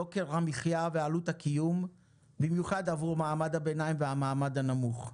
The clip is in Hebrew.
יוקר המחיה ועלות הקיום במיוחד עבור מעמד הביניים והמעמד הנמוך,